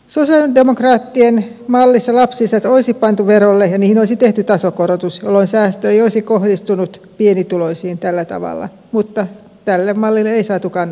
sosialidemokraattien mallissa lapsilisät olisi pantu verolle ja niihin olisi tehty tasokorotus jolloin säästö ei olisi kohdistunut pienituloisiin tällä tavalla mutta tälle mallille ei saatu kannatusta